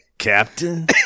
Captain